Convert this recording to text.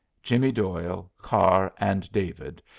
jimmy doyle, carr, and david,